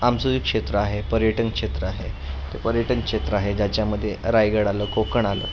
आमचं जे क्षेत्र आहे पर्यटन क्षेत्र आहे ते पर्यटन क्षेत्र आहे ज्याच्यामध्ये रायगड आलं कोकण आलं